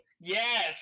Yes